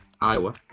Iowa